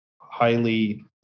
highly